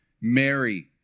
Mary